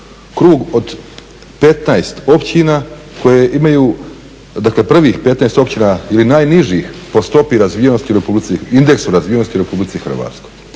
krug od 15 općina koje imaju, dakle prvih 15 općina ili najnižih po stopi razvijenosti u Republici Hrvatskoj,